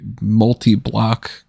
multi-block